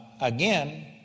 again